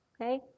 okay